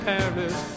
Paris